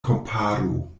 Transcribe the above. komparu